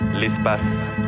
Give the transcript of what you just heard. l'espace